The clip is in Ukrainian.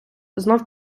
знов